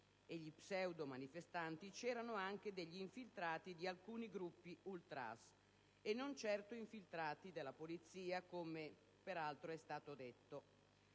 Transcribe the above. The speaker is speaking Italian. e gli pseudomanifestanti c'erano anche degli infiltrati di alcuni gruppi ultras, e non certo infiltrati della polizia, come peraltro è stato detto.